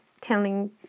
telling